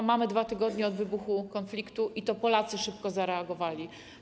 A mamy 2 tygodnie od wybuchu konfliktu i to Polacy szybko zareagowali.